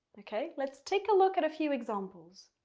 okay. let's take a look at a few examples.